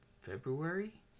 February